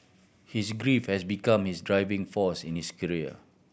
his grief has become his driving force in his career